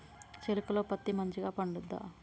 చేలుక లో పత్తి మంచిగా పండుద్దా?